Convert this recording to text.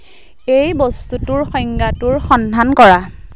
এই বস্তুটোৰ সংজ্ঞাটোৰ সন্ধান কৰা